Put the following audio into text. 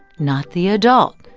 not the adult.